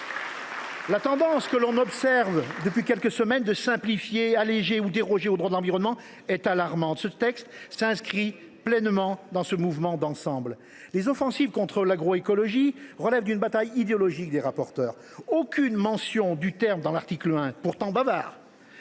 La tendance, que l’on observe depuis quelques semaines, visant à simplifier ou alléger le droit de l’environnement, voire à y déroger, est alarmante. Ce texte s’inscrit pleinement dans ce mouvement d’ensemble. Les offensives contre l’agroécologie relèvent d’une bataille idéologique des rapporteurs : aucune mention du terme dans l’article 1 – pourtant bavard…